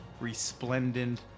resplendent